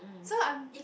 so I'm